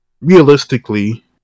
realistically